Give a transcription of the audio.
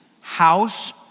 house